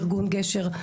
ארגון גשר,